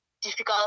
difficult